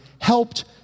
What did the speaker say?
helped